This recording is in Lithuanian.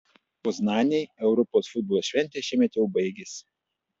poznanei europos futbolo šventė šiemet jau baigėsi